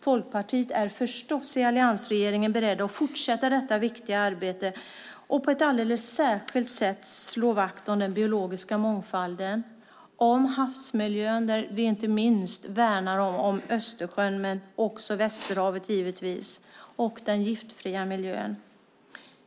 Folkpartiet är naturligtvis berett att fortsätta detta viktiga arbete i alliansregeringen och alldeles särskilt slå vakt om den biologiska mångfalden och om havsmiljön där vi inte minst värnar om Östersjön och Västerhavet och den giftfria miljön.